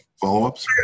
follow-ups